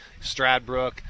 Stradbrook